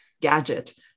gadget